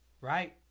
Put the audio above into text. right